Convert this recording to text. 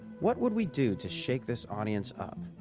what would we do to shake this audience up?